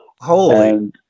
holy